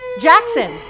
Jackson